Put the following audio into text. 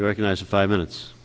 recognize five minutes